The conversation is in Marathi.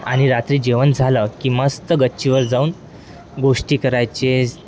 आणि रात्री जेवण झालं की मस्त गच्चीवर जाऊन गोष्टी करायचे